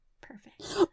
Perfect